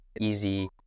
easy